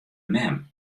mem